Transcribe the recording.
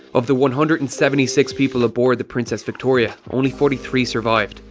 of the one hundred and seventy six people aboard the princess victoria, only forty three survived,